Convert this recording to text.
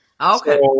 Okay